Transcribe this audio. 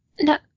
No